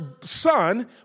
son